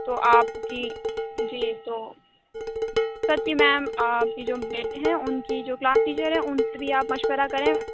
تو آپ کی جی تو سچی میم آپ کے جو بیٹے ہیں ان کی جو کلاس ٹیچر ہیں ان سے بھی آپ مشورہ کریں